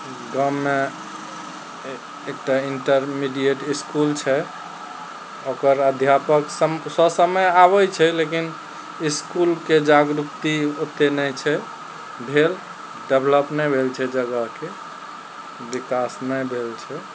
गाममे एकटा intermediate school छै ओकर अध्यापक सम ससमय आबय छै लेकिन इसकुलके जागरूकति ओते नहि छै भेल डेवलप नहि भेल छै जगहके विकास नहि भेल छै